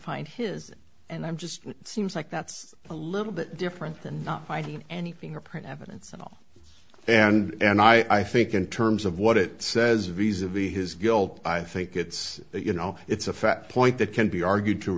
find his and i'm just seems like that's a little bit different than not finding any fingerprint evidence at all and i think in terms of what it says visa the his guilt i think it's you know it's a fact point that can be argued